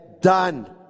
done